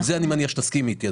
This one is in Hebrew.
אני מניח שאת מסכימה איתי,